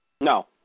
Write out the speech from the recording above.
No